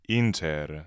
inter